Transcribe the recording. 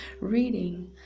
reading